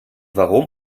warum